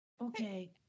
okay